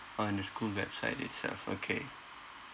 on the school website itself okay